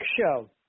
show